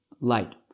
light